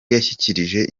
yashyikirije